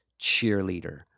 cheerleader